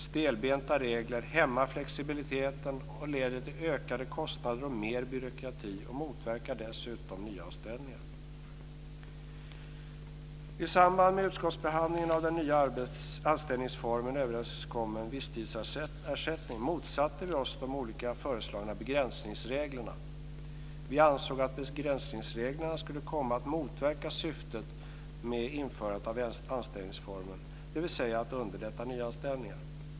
Stelbenta regler hämmar flexibiliteten och leder till ökade kostnader och mer byråkrati. De motverkar dessutom nyanställningar. I samband med utskottsbehandlingen av den nya anställningsformen överenskommen visstidsanställning motsatte vi oss de olika föreslagna begränsningsreglerna. Vi ansåg att begränsningsreglerna skulle komma att motverka syftet med införandet av anställningsformen, dvs. att underlätta nyanställningar.